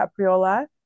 capriola